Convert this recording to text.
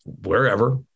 wherever